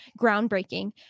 groundbreaking